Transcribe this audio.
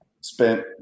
spent